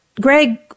Greg